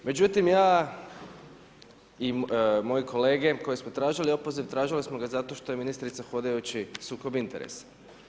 Međutim ja i moji kolege koji smo tražili opoziv, tražili smo ga zato što je ministrica hodajući sukob interesa.